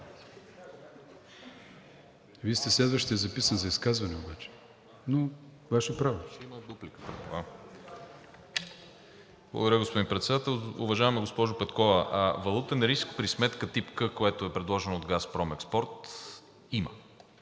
Вие сте следващият записан за изказване, но Ваше право.